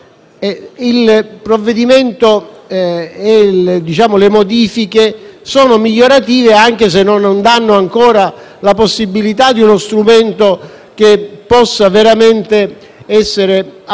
al provvedimento sono migliorative anche se non danno ancora la possibilità di uno strumento che possa veramente essere applicato